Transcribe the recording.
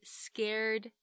scared